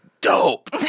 dope